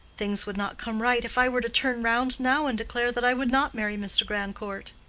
things would not come right if i were to turn round now and declare that i would not marry mr. grandcourt.